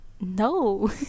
no